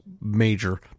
major